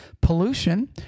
Pollution